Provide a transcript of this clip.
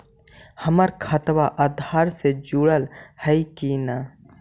हमर खतबा अधार से जुटल हई कि न?